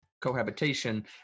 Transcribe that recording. cohabitation